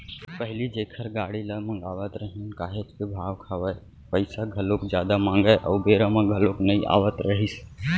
पहिली जेखर गाड़ी ल मगावत रहेन काहेच के भाव खावय, पइसा घलोक जादा मांगय अउ बेरा म घलोक नइ आवत रहिस